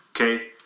okay